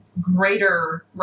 greater